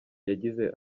yagize